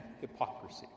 hypocrisy